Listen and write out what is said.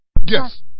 Yes